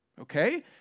okay